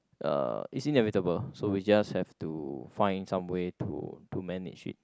uh is inevitable so we just have to find some way to to manage it